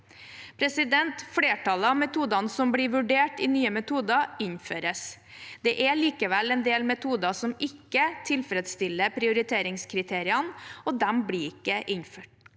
behandling. Flertallet av metodene som blir vurdert i Nye metoder, innføres. Det er likevel en del metoder som ikke tilfredsstiller prioriteringskriteriene, og de blir ikke innført.